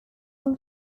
from